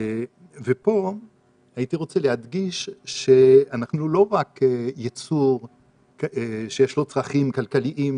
פה הייתי רוצה להדגיש שאנחנו לא רק יצור שיש לו צרכים כלכליים,